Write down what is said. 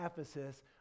Ephesus